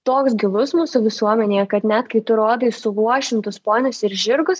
toks gilus mūsų visuomenėje kad net kai tu rodai suluošintus ponius ir žirgus